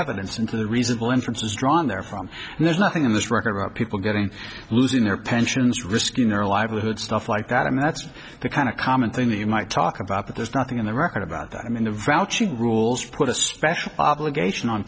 evidence and to the reasonable inferences drawn therefrom and there's nothing in this record about people getting losing their pensions risking their livelihood stuff like that and that's the kind of common thing that you might talk about but there's nothing in the record about that i mean the vouching rules put a special obligation on